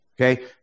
okay